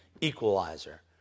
equalizer